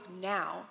now